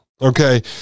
okay